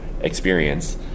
experience